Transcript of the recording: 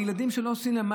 ילדים שלא עושים להם דבר.